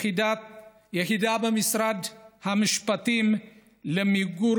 יחידה במשרד המשפטים למיגור